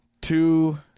two